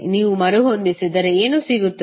ನೀವು ಮರುಹೊಂದಿಸಿದರೆ ಏನು ಸಿಗುತ್ತದೆ